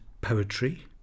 poetry